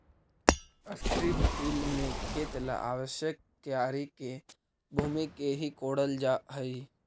strip till में खेत ला आवश्यक क्यारी के भूमि के ही कोड़ल जा हई